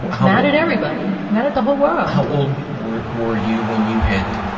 mad at everybody. mad at the whole world. how old were were you when you had